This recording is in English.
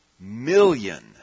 million